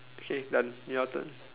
okay done your turn